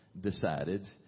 decided